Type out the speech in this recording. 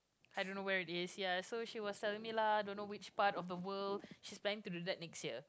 I don't know where it is ya so she was telling me lah don't know which part of the world she's planning to do that next year